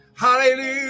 hallelujah